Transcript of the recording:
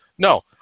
No